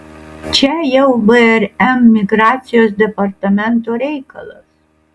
čia jau vrm migracijos departamento reikalas